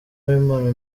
w’imana